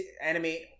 animate